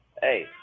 Hey